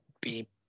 beep